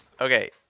Okay